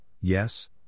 yes